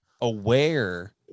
aware